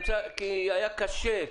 היה קשה,